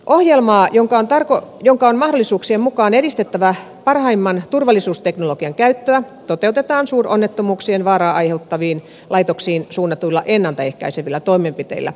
ohjelmaa jonka on mahdollisuuksien mukaan edistettävä parhaimman turvallisuusteknologian käyttöä toteutetaan suuronnettomuuksien vaaraa aiheuttaviin laitoksiin suunnatuilla ennalta ehkäisevillä toimenpiteillä